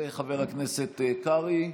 וחבר הכנסת קרעי.